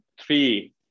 three